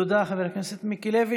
תודה, חבר הכנסת מיקי לוי.